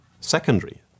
secondary